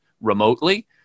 remotely